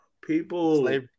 People